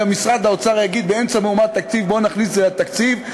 ומשרד האוצר יגיד באמצע מהומת תקציב: בואו נכניס את זה לתקציב,